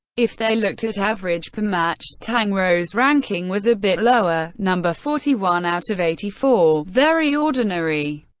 if they looked at average per match, tang rou's ranking was a bit lower, number forty one out of eighty four, very ordinary.